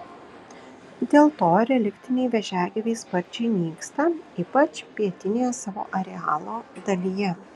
dėl to reliktiniai vėžiagyviai sparčiai nyksta ypač pietinėje savo arealo dalyje